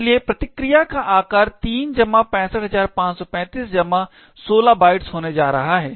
इसलिए प्रतिक्रिया का आकार 3 जमा 65535 जमा 16 बाइट्स होने जा रहा है